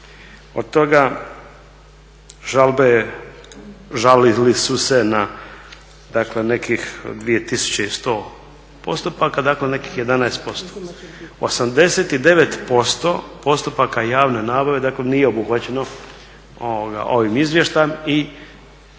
od toga žalbe, žalili su se na nekih 2100 postupaka, dakle nekih 11%. 89% postupaka javne nabave dakle nije obuhvaćeno ovim izvještajem i